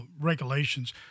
regulations